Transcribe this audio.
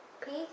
peace